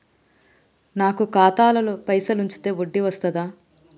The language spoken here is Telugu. నాకు ఖాతాలో పైసలు ఉంచితే వడ్డీ వస్తదా?